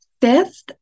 fifth